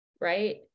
right